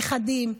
נכדים,